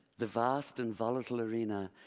the vast and volatile arena,